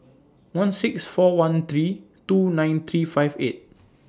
one six four one three two nine three five eight